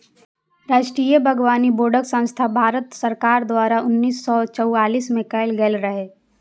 राष्ट्रीय बागबानी बोर्डक स्थापना भारत सरकार द्वारा उन्नैस सय चौरासी मे कैल गेल रहै